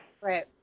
Right